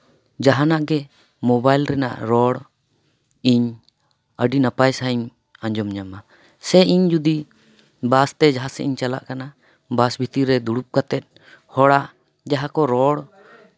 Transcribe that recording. ᱡᱟᱦᱟᱱᱟᱜ ᱜᱮ ᱢᱳᱵᱟᱭᱤᱞ ᱨᱮᱱᱟᱜ ᱨᱚᱲ ᱤᱧ ᱟᱹᱰᱤ ᱱᱟᱯᱟᱭ ᱥᱟᱺᱦᱤᱡ ᱤᱧ ᱟᱸᱡᱚᱢ ᱧᱟᱢᱟ ᱥᱮ ᱤᱧ ᱡᱩᱫᱤ ᱵᱟᱥᱛᱮ ᱡᱟᱦᱟᱸ ᱥᱮᱫ ᱤᱧ ᱪᱟᱞᱟᱜ ᱠᱟᱱᱟ ᱵᱟᱥ ᱵᱷᱤᱛᱤᱨ ᱨᱮ ᱫᱩᱲᱩᱵ ᱠᱟᱛᱮᱫ ᱦᱚᱲᱟᱜ ᱡᱟᱦᱟᱸ ᱠᱚ ᱨᱚᱲ